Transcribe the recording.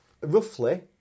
roughly